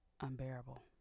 unbearable